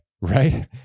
right